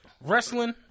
wrestling